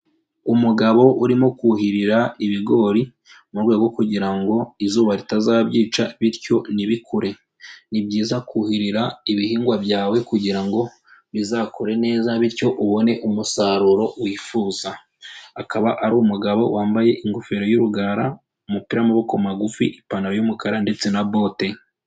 Umugabo urimo kuhirira ibigori mu rwego kugira ngo izuba ritazabyica bityo ntibikure, ni byiza kuhirira ibihingwa byawe kugira ngo bizakure neza bityo ubone umusaruro wifuza, akaba ari umugabo wambaye ingofero y'urugara, umupira w'amaboko magufi, ipantaro y'umukara ndetse na bote.